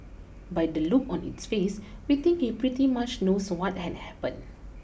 by the look on its face we think he pretty much knows what had happened